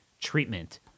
treatment